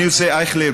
אייכלר,